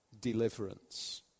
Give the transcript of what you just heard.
deliverance